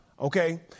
Okay